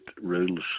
rules